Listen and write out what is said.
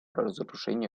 разоружению